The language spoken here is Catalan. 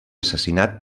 assassinat